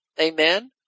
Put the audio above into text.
Amen